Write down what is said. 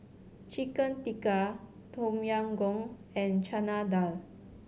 Chicken Tikka Tom Yam Goong and Chana Dal